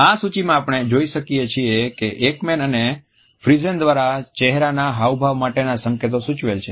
આ સૂચિમાં આપણે જોઈ શકીએ છીએ કે એકમેન અને ફ્રીઝેન દ્વારા ચહેરાના હાવભાવ માટેના સંકેતો સૂચવેલ છે